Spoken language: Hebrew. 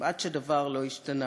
כמעט דבר לא השתנה.